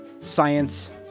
science